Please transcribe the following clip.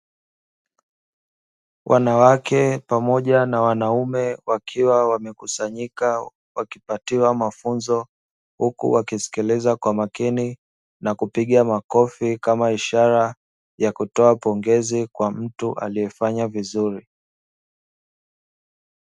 Wanawake pamoja na wanaume wakiwa wamekusanyika wakipatiwa mafunzo huku wakisikiliza kwa makini na kupiga makofi kama ishara ya kutoa pongezi kwa mtu aliyefanya vizuri.